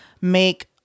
make